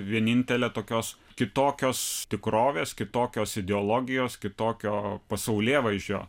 na vienintelė tokios kitokios tikrovės kitokios ideologijos kitokio pasaulėvaizdžio